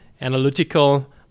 analytical